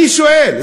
אני שואל.